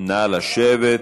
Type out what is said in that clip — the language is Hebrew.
נא לשבת.